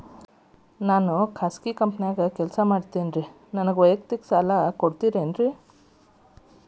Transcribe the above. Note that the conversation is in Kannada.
ಖಾಸಗಿ ಕಂಪನ್ಯಾಗ ನಾನು ಕೆಲಸ ಮಾಡ್ತೇನ್ರಿ, ನನಗ ವೈಯಕ್ತಿಕ ಸಾಲ ಕೊಡ್ತೇರೇನ್ರಿ?